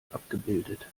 abgebildet